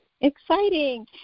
Exciting